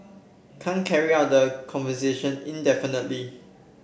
can't carry on the conversation indefinitely